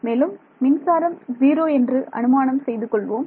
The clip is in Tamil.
மேலும் மின்சாரம் ஜீரோ என்று அனுமானம் செய்து கொள்வோம்